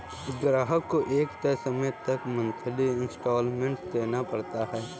ग्राहक को एक तय समय तक मंथली इंस्टॉल्मेंट देना पड़ता है